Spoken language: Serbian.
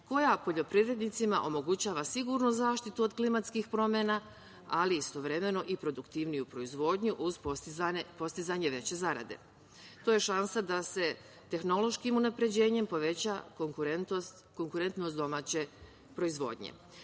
koja poljoprivrednicima omogućava sigurnu zaštitu od klimatskih promena, ali istovremeno i produktivniju proizvodnju uz postizanje veće zarade. To je šansa da se tehnološkim unapređenjem poveća konkurentnost domaće proizvodnje. Važno